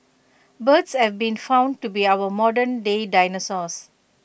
birds have been found to be our modernday dinosaurs